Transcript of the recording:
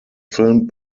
filmed